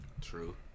True